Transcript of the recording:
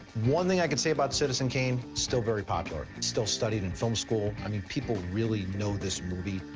one thing i could say about citizen kane, it' still very popular. it's still studied in film school. i mean, people really know this movie.